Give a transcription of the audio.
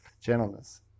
gentleness